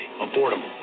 Affordable